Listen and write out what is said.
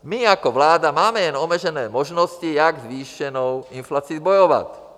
My jako vláda máme jen omezené možnosti, jak se zvýšenou inflací bojovat.